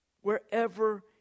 wherever